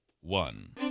one